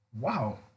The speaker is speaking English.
wow